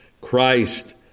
Christ